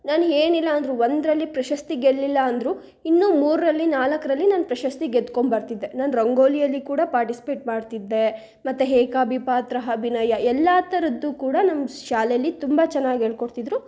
ನಾನು ಏನಿಲ್ಲ ಅಂದರೂ ಒಂದರಲ್ಲಿ ಪ್ರಶಸ್ತಿ ಗೆಲ್ಲಿಲ್ಲ ಅಂದರೂ ಇನ್ನೂ ಮೂರರಲ್ಲಿ ನಾಲ್ಕರಲ್ಲಿ ನಾನು ಪ್ರಶಸ್ತಿ ಗೆದ್ಕೊಬರ್ತಿದ್ದೆ ನಾನು ರಂಗೋಲಿಯಲ್ಲಿ ಕೂಡ ಪಾರ್ಟಿಸ್ಪೇಟ್ ಮಾಡ್ತಿದ್ದೆ ಮತ್ತು ಏಕ ಪಾತ್ರ ಅಭಿನಯ ಎಲ್ಲ ಥರದ್ದು ಕೂಡ ನಮ್ಮ ಶಾಲೆಯಲ್ಲಿ ತುಂಬ ಚೆನ್ನಾಗಿ ಹೇಳ್ಕೊಡ್ತಿದ್ರು